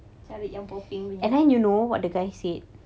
cari yang popping punya